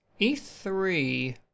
E3